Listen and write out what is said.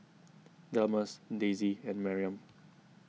Delmus Daisye and Maryam